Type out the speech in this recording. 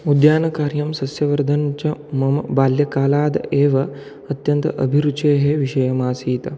उद्यानकार्यं सस्यवर्धनं च मम बाल्यकालाद् एव अत्यन्त अभिरुचेः विषयः आसीत्